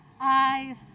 eyes